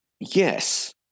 yes